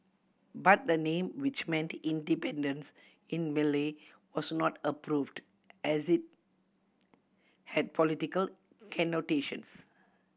but the name which meant independence in Malay was not approved as it had political connotations